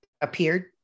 appeared